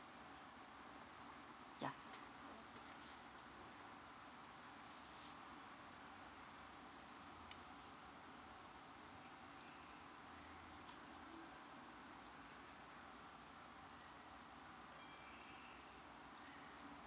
ya